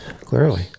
clearly